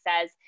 says